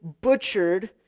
butchered